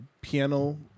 piano